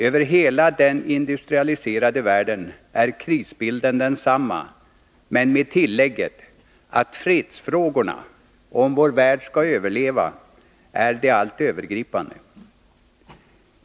Över hela den industrialiserade världen är krisbilden densamma, men med tillägget att fredsfrågorna — om vår värld skall överleva — är de allt övergripande.